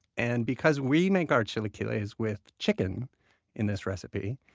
and because we make our chilaquiles with chicken in this recipe,